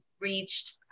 reached